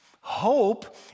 Hope